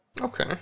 Okay